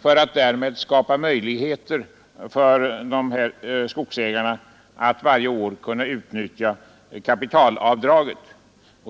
för att därmed skapa möjligheter för dem att varje år utnyttja kapitalavdraget.